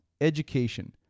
education